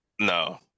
No